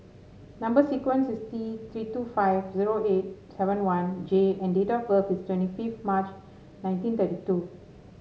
number sequence is T Three two five zero eight seven one J and date of birth is twenty fifith March nineteen thirty two